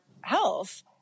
health